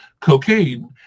cocaine